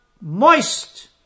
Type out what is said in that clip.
moist